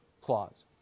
clause